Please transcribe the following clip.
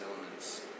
elements